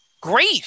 Great